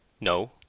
No